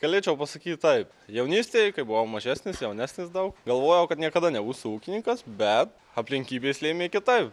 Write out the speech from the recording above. galėčiau pasakyt taip jaunystėje kai buvau mažesnis jaunesnis daug galvojau kad niekada nebūsiu ūkininkas bet aplinkybės lėmė kitaip